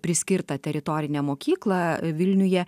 priskirtą teritorinę mokyklą vilniuje